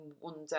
wonder